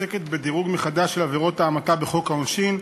עוסקת בדירוג מחדש של עבירות ההמתה בחוק העונשין.